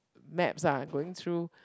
maps lah going through